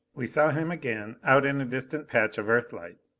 we saw him again, out in a distant patch of earthlight.